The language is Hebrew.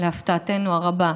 להפתעתנו הרבה,